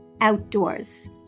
outdoors